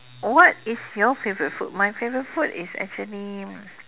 what is your favourite food my favourite food is actually